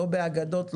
לא באגדות,